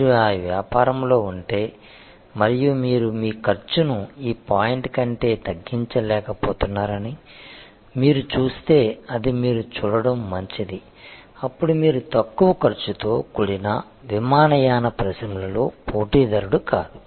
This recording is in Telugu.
మీరు ఆ వ్యాపారంలో ఉంటే మరియు మీరు మీ ఖర్చును ఈ పాయింట్ కంటే తగ్గించలేకపోతున్నారని మీరు చూస్తే అది మీరు చూడటం మంచిది అప్పుడు మీరు తక్కువ ఖర్చుతో కూడిన విమానయాన పరిశ్రమలో పోటీదారుడు కాదు